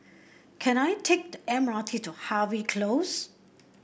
can I take the M R T to Harvey Close